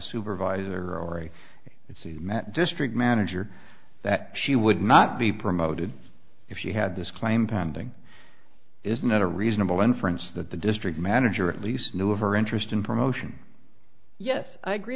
supervisor or a it's the district manager that she would not be promoted if she had this claim pending is not a reasonable inference that the district manager at least knew of her interest in promotion yes i agree